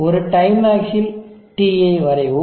ஒரு time axis T ஐ வரைவோம்